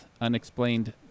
unexplained